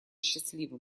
счастливым